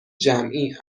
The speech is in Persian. جمعی